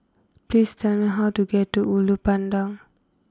please tell me how to get to Ulu Pandan